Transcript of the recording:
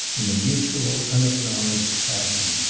in a mutual, unacknowledged passion.